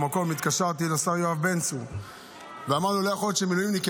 במקום התקשרתי לשר יואב בן צור ואמרנו: לא יכול להיות שמילואימניקים,